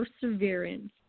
perseverance